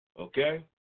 okay